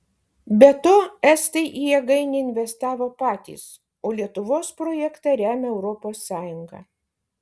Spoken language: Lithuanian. be to estai į jėgainę investavo patys o lietuvos projektą remia europos sąjunga